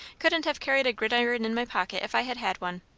couldn't have carried a gridiron in my pocket if i had had one.